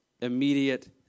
immediate